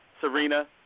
Serena